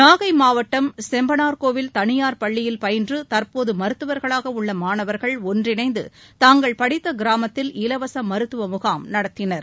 நாகை மாவட்டம் செம்பனார் கோயில் தனியார் பள்ளியில் பயின்று தற்போது மருத்துவர்களாக உள்ள மாணவர்கள் ஒன்றிணைந்து தாங்கள் படித்த கிராமத்தில் இலவச மருத்துவ முகாம் நடத்தினர்